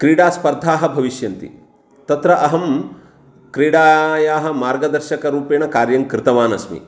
क्रीडास्पर्धाः भविष्यन्ति तत्र अहं क्रीडायाः मार्गदर्शकरूपेण कार्यं कृतवानस्मि